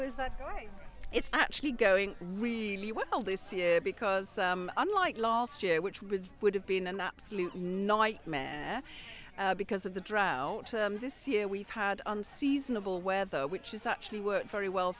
is that it's actually going really well this year because unlike last year which with would have been an absolute nightmare because of the drought this year we've had on seasonable weather which is actually worked very well